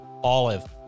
Olive